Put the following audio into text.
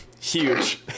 Huge